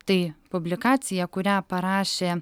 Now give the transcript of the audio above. tai publikacija kurią parašė